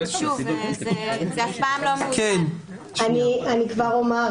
אני כבר אומר,